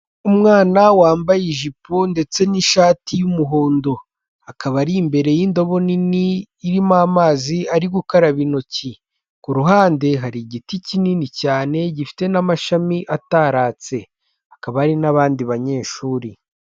Umwana wambaye ijipo ndetse n'ishati y'umuhondo, akaba ari imbere y'indobo nini irimo amazi ari gukaraba intoki, ku ruhande hari igiti kinini cyane gifite n'amashami ataratse, hakaba hari n'abandi banyeshuri.